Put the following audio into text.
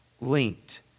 linked